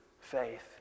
faith